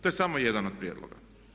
To je samo jedan od prijedloga.